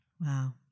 wow